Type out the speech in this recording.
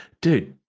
Dude